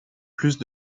plus